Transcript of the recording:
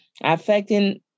affecting